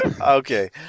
Okay